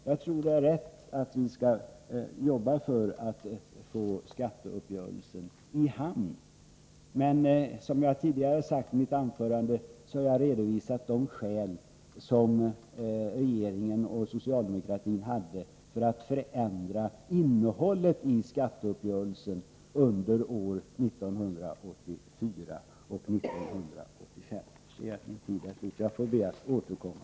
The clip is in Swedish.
Jag tror att det är riktigt att vi skall arbeta för att föra skatteuppgörelsen i hamn, men jag har tidigare redovisat de skäl som regeringen och socialdemokratin hade för att förändra innehållet i skatteuppgörelsen under åren 1984 och 1985. Herr talman! Jag ser att min taletid är ute. Jag ber att få återkomma.